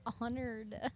honored